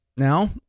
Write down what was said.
Now